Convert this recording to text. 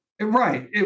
Right